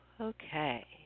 Okay